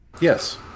Yes